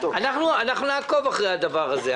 אנחנו נעקוב אחרי הדבר הזה.